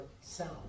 Sound